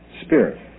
spirit